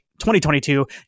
2022